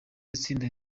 itsinda